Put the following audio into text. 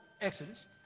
Exodus